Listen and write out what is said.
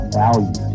value